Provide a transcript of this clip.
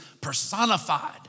personified